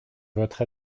votre